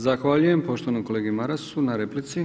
Zahvaljujem poštovanom kolegi Marasu na replici.